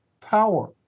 power